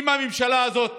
שאם הממשלה הזאת